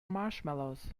marshmallows